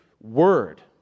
word